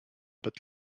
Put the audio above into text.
but